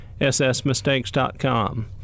ssmistakes.com